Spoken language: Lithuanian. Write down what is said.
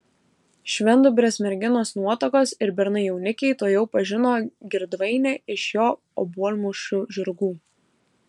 švendubrės merginos nuotakos ir bernai jaunikiai tuojau pažino girdvainį iš jo obuolmušių žirgų